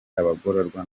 abagororwa